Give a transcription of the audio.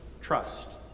trust